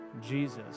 Jesus